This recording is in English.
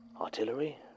Artillery